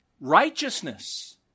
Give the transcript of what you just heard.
righteousness